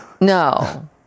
No